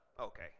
okay